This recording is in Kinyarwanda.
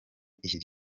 iri